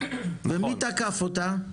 ומי תקף אותה?